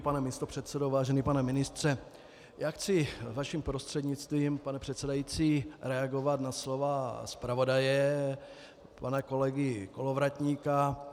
Pane místopředsedo, vážený pane ministře, já chci vaším prostřednictvím, pane předsedající, reagovat na slova zpravodaje, pana kolegy Kolovratníka.